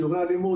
שיעורי אלימות,